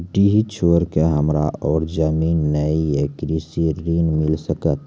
डीह छोर के हमरा और जमीन ने ये कृषि ऋण मिल सकत?